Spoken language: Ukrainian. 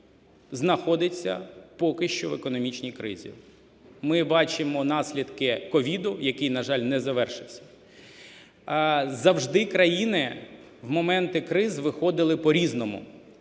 знаходиться поки що в економічній кризі. Ми бачимо наслідки COVID, який, на жаль, не завершився. Завжди країни в моменти криз виходили по-різному.